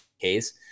case